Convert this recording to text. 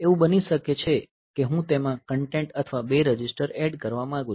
એવું બની શકે છે કે હું તેમાં કન્ટેન્ટ અથવા બે રજિસ્ટર એડ કરવા માંગું છું